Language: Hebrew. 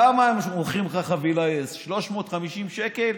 כמה הם מוכרים לך חבילה, יס, 350 שקל?